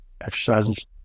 exercises